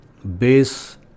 base